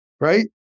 Right